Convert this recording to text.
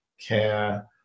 care